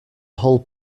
whole